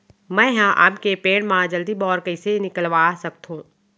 मैं ह आम के पेड़ मा जलदी बौर कइसे निकलवा सकथो?